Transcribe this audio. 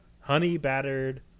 honey-battered